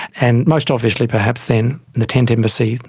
and most obviously perhaps then the tent embassy,